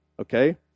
okay